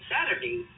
Saturday